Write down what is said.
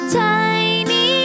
tiny